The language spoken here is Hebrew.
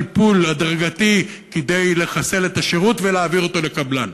וטיפול הדרגתי כדי לחסל את השירות ולהעביר אותו לקבלן.